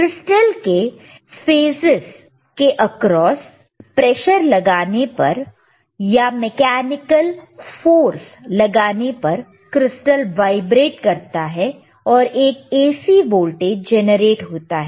crystal के faces के across pressure लगाने पर या मैकेनिकल फोर्स लगाने पर क्रिस्टल वाइब्रेट करता है और एक AC वोल्टेज जेनरेट होता है